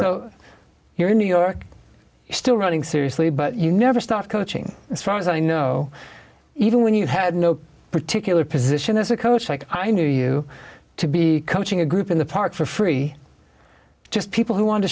so here in new york still running seriously but you never stop coaching as far as i know even when you had no particular position as a coach like i knew you to be coaching a group in the park for free just people who want to